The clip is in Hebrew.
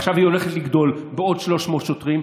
ועכשיו היא הולכת לגדול בעוד 300 שוטרים,